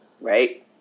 Right